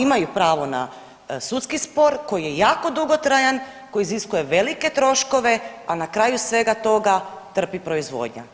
Imaju pravo na sudski spor koji je jako dugotrajan, koji iziskuje velike troškove, a na kraju svega toga trpi proizvodnja.